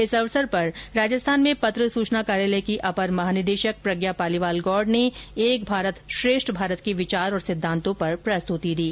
इस अवसर पर राजस्थान में पत्र सूचना कार्यालय की अपर महानिदेश प्रज्ञा पालीवाल गौड़ ने एक भारत श्रेष्ठ भारत के विचार और सिद्धांतों पर प्रस्तुति दी